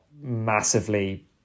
massively